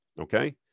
okay